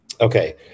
Okay